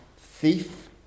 thief